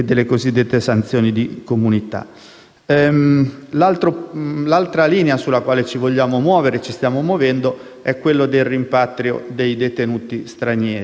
L'altra linea sulla quale ci vogliamo muovere e ci stiamo muovendo è quella del rimpatrio dei detenuti stranieri.